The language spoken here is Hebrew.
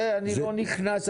לזה אני לא נכנס.